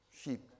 sheep